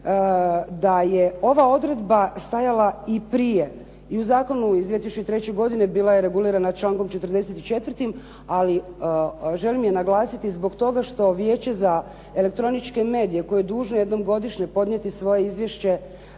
da je ova odredba stajala i prije i u zakonu iz 2003. godine bila je regulirana člankom 44. ali želim je naglasiti zbog toga što Vijeće za elektroničke medije koje je dužno jednom godišnje podnijeti svoje izvješće